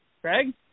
Craig